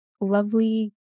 lovely